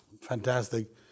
fantastic